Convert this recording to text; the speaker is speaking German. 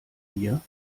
mir